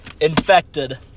infected